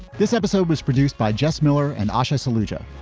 this episode was produced by jess miller and aisha solutia,